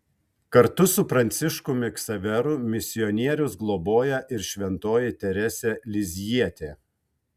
kartu su pranciškumi ksaveru misionierius globoja ir šventoji teresė lizjietė